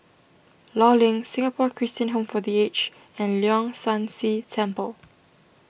Law Link Singapore Christian Home for the Aged and Leong San See Temple